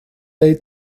day